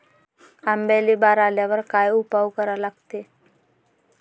आंब्याले बार आल्यावर काय उपाव करा लागते?